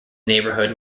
neighborhood